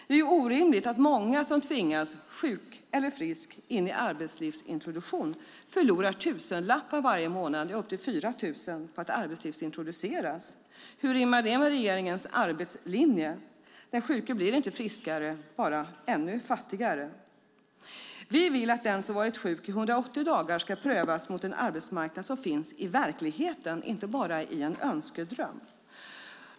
Det är orimligt att många som - sjuka eller friska - tvingas in i arbetslivsintroduktion förlorar tusenlappar varje månad, ja, upp till 4 000 kronor, på att arbetslivsintroduceras. Hur rimmar det med regeringens arbetslinje? Den sjuke blir inte friskare, utan bara ännu fattigare. Vi vill att den som har varit sjuk i 180 dagar ska prövas mot en arbetsmarknad som finns i verkligheten, inte bara i en önskedröm.